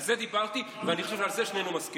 על זה דיברתי, ואני חושב שעל זה שנינו מסכימים.